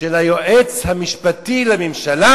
של היועץ המשפטי לממשלה,